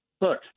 look